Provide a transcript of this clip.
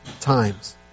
times